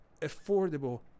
affordable